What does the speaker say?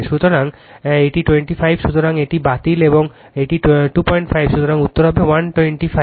সুতরাং এটি 25 সুতরাং এটি বাতিল এবং এটি 25 সুতরাং উত্তর হবে 125